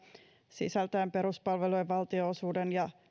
sisältäen peruspalvelujen valtionosuuden ja